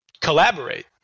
collaborate